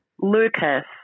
Lucas